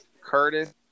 Curtis